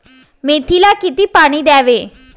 मेथीला किती पाणी द्यावे?